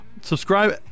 subscribe